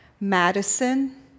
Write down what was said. Madison